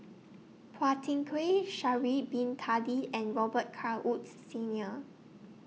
Phua Thin Kiay Sha'Ari Bin Tadin and Robet Carr Woods Senior